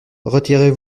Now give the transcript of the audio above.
retirez